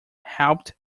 helped